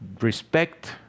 Respect